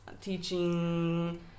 teaching